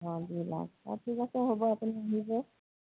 অঁ দুই লাখ ঠিক আছে হ'ব আপুনি আহিব